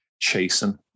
chasing